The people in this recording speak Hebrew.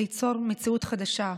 ליצור מציאות חדשה".